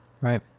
Right